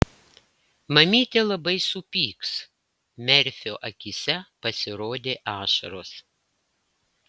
mamytė labai supyks merfio akyse pasirodė ašaros